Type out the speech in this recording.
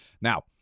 Now